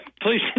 please